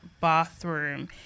bathroom